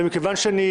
ומכיוון שאני